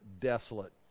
desolate